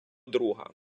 друга